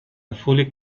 fully